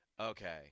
Okay